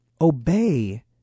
obey